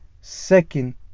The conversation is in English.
second